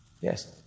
Yes